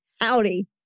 Howdy